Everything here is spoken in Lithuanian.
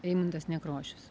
eimuntas nekrošius